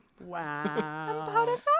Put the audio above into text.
Wow